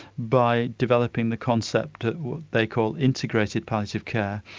by developing the concept of what they call integrated palliative care,